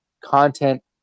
content